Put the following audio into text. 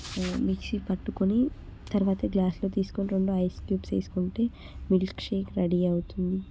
mixie పట్టుకుని తర్వాత glass తీసుకొని రెండు ఐస్ క్యూబ్స్ వేసుకుంటే మిల్క్ షేక్ రెడీ అవుతుంది